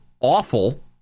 awful